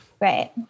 right